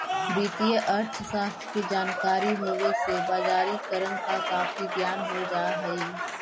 वित्तीय अर्थशास्त्र की जानकारी होवे से बजारिकरण का काफी ज्ञान हो जा हई